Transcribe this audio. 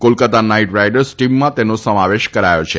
Kolkata Knight Riders ટીમમાં તેનો સમાવેશ કરાયો છે